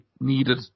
needed